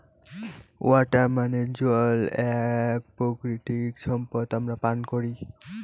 water মানে জল এক প্রাকৃতিক সম্পদ আমরা পান করি